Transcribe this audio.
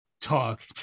Talk